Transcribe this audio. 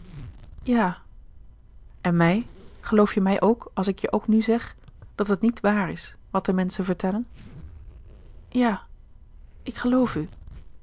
ja en mij geloof je mij ook als ik je ook nu zeg dat het niet waar is wat de menschen vertellen ja ik geloof u